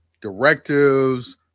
directives